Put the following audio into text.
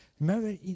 Remember